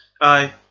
Aye